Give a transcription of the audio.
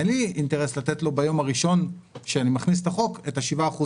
אין לי אינטרס לתת לו ביום הראשון שאני מכניס את החוק את שבעת האחוזים.